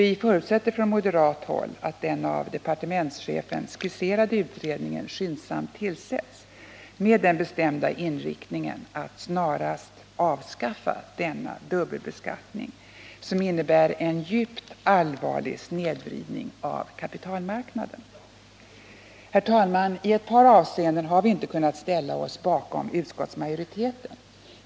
Vi förutsätter från moderat håll att den av departementschefen skisserade utredningen skyndsamt tillsätts med den bestämda inriktningen att snarast avskaffa denna dubbelbeskattning, som innebär en djupt allvarlig snedvridning av kapitalmarknaden. Herr talman! I ett par avseenden har vi inte kunnat ställa oss bakom utskottsmajoriteten.